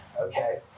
okay